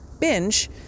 binge